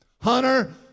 Hunter